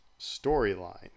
storyline